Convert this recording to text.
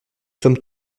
sommes